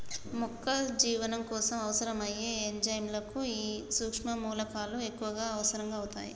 మొక్క జీవనం కోసం అవసరం అయ్యే ఎంజైముల కు ఈ సుక్ష్మ మూలకాలు ఎక్కువగా అవసరం అవుతాయి